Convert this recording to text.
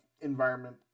environment